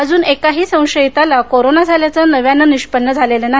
अजून एकाही संशयिताला कोरोना झाल्याचं नव्यानं निष्पन्न झालेलं नाही